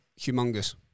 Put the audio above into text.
humongous